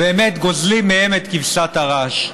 באמת גוזלים מהם את כבשת הרש.